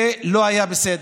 זה לא היה בסדר,